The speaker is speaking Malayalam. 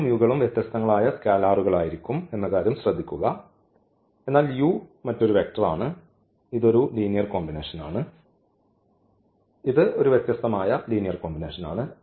കളും കളും വ്യത്യസ്തങ്ങളായ സ്കാലറുകൾ ആയിരിക്കും എന്ന കാര്യം ശ്രദ്ധിക്കുക എന്നാൽ u മറ്റൊരു വെക്റ്ററാണ് ഇത് ഒരു ലീനിയർ കോമ്പിനേഷൻ ആണ് ഇത് വ്യത്യസ്തമായ ഒരു ലീനിയർ കോമ്പിനേഷൻ ആണ്